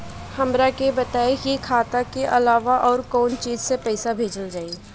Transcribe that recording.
हमरा के बताई की खाता के अलावा और कौन चीज से पइसा भेजल जाई?